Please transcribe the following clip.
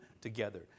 together